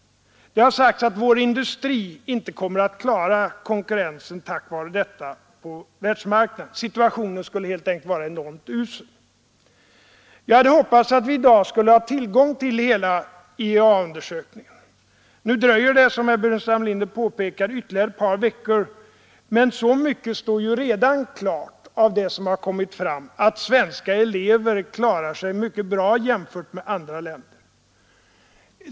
Det har sagts att vår industri på grund av detta inte kommer att kunna klara konkurrensen på världsmarknaden. Situationen skulle helt enkelt vara enormt usel. Jag hade hoppats att vi i dag skulle ha tillgång till hela IEA-undersökningarna. Nu dröjer det, som herr Burenstam Linder påpekar, ytterligare ett par veckor. Men så mycket står ju redan klart av det som har kommit fram, att svenska elever klarar sig mycket bra i jämförelse med eleverna i andra länder.